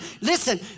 listen